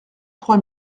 trois